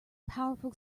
powerful